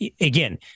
again